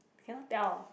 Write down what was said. cannot tell